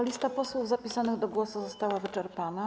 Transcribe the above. Lista posłów zapisanych do głosu została wyczerpana.